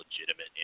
legitimate